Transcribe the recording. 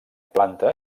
planta